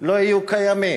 לא יהיו קיימים?